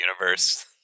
universe